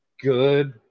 good